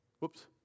Whoops